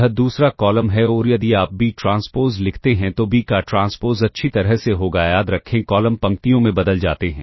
यह दूसरा कॉलम है और यदि आप B ट्रांसपोज़ लिखते हैं तो B का ट्रांसपोज़ अच्छी तरह से होगा याद रखें कॉलम पंक्तियों में बदल जाते हैं